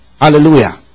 Hallelujah